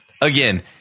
again